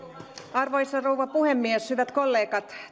arvoisa rouva puhemies hyvät kollegat